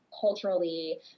culturally